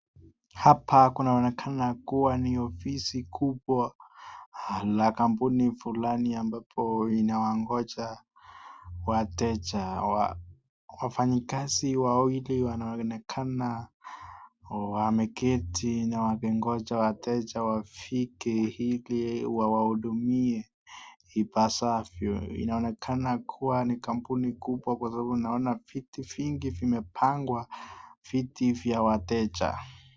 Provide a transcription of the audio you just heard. Hapa kunaonekana kuwa ni ofisi kubwa la kampuni fulani ambapo inawaongoja wateja. Wafanyi kazi wawili wanaonekana wameketi na wanangoja wateja wafike ili wawahudumie ipasavyo inaonekana kuwa ni kampuni kubwa kwa sababu naona viti vingi vimepangwa viti vya wateja.